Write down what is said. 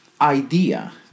idea